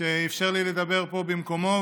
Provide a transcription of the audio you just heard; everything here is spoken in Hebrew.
שאפשר לי לדבר פה במקומו,